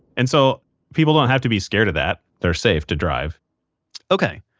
and so people don't have to be scared of that. they're safe to drive okay,